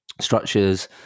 structures